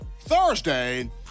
Thursday